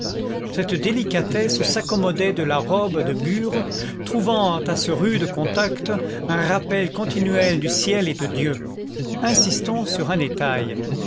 cette délicatesse s'accommodait de la robe de bure trouvant à ce rude contact un rappel continuel du ciel et de dieu insistons sur un détail